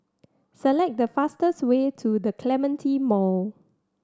select the fastest way to The Clementi Mall